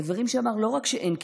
לדברים שאמר לא רק שאין כיסוי,